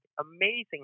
Amazing